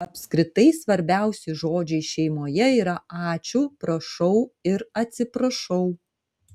apskritai svarbiausi žodžiai šeimoje yra ačiū prašau ir atsiprašau